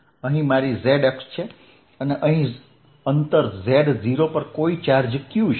અહીં મારી z અક્ષ છે અને અહીં અંતર z0 પર કોઈ ચાર્જ q છે